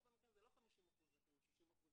רוב המקרים זה לא 60%-50% נכות,